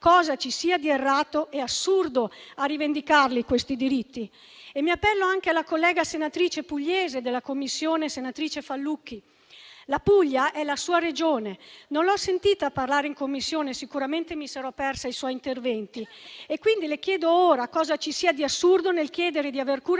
cosa ci sia di errato e assurdo nel rivendicare questi diritti. Mi appello anche alla collega senatrice pugliese della Commissione, senatrice Fallucchi: la Puglia è la sua Regione, ma non l'ho sentita parlare in Commissione. Sicuramente mi sarò persa i suoi interventi e quindi le chiedo ora cosa ci sia di assurdo nel chiedere di aver cura